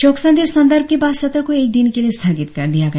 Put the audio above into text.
शोक संदेश संदर्भ के बाद सत्र को एक दिन के लिए स्थागित कर दिया गया